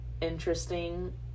interesting